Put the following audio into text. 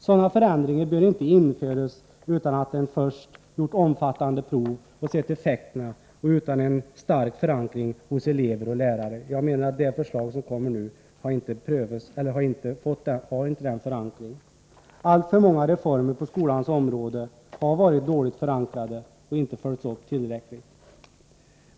Sådana förändringar bör inte införas utan att man först gjort omfattande prov och sett effekterna och utan en stark förankring hos elever och lärare. Jag menar att det förslag som vi nu diskuterar inte har en sådan förankring. Alltför många reformer på skolans område har varit dåligt förankrade och inte följts upp tillräckligt.